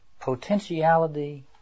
potentiality